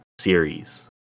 series